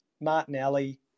Martinelli